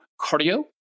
cardio